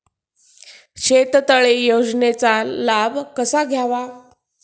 शेततळे योजनेचा लाभ कसा घ्यावा?